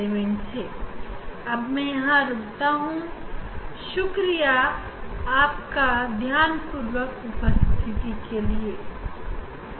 Thank you for your attention आपका ध्यान पूर्वक उपस्थिति के लिए धन्यवाद